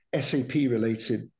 SAP-related